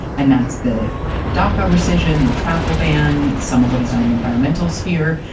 and that's the daca rescission, the travel ban, some of what he's done in the environmental sphere.